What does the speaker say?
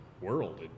world